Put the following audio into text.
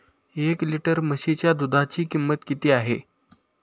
एक लिटर म्हशीच्या दुधाची किंमत किती आहे?